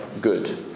good